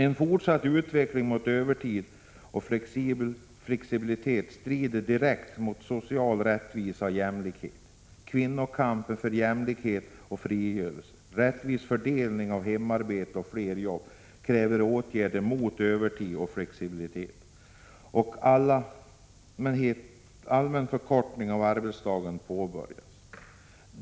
En fortsatt utveckling mot övertid och flexibla arbetstider strider direkt mot social rättvisa och jämlikhet. Kvinnors kamp för jämlikhet och frigörelse, rättvis fördelning av hemarbetet och fler jobb, kräver att åtgärder mot övertid och flexibla arbetstider och för en allmän förkortning av arbetsdagen påbörjas.